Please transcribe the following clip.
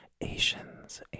Asians